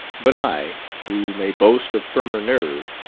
but i, who may boast of firmer nerve,